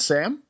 Sam